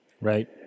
Right